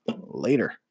later